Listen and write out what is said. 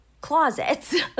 closets